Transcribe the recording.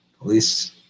police